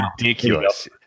ridiculous